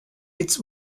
its